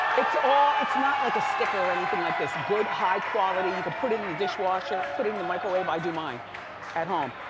it's all. it's not like a sticker or anything like this. good, high-quality, you can put in the dishwasher. put it in the microwave. i do mine at um